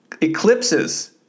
Eclipses